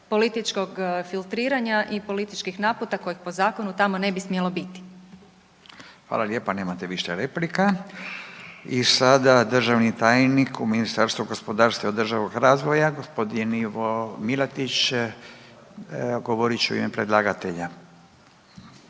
političkog filtriranja i političkih naputa kojih po zakonu tamo ne bi smjelo biti. **Radin, Furio (Nezavisni)** Hvala lijepa, nemate više replika. I sada državni tajnik u Ministarstvu gospodarstva i održivog razvoja g. Ivo Milatić govorit će u ime predlagatelja.